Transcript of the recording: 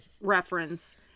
reference